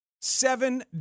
Seven